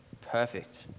Perfect